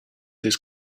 his